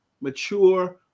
mature